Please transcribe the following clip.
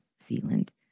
Zealand